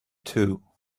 too